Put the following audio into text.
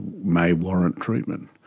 may warrant treatment.